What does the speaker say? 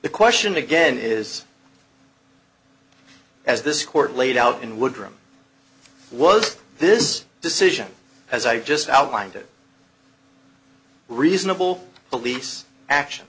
the question again is as this court laid out in woodrum was this decision as i just outlined it reasonable police action